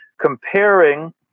comparing